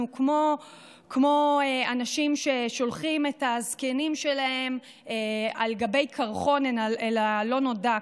כמו אנשים ששולחים את הזקנים שלהם על גבי קרחון אל הלא-נודע,